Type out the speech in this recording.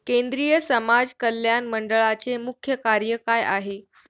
केंद्रिय समाज कल्याण मंडळाचे मुख्य कार्य काय आहे?